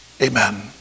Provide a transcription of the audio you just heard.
Amen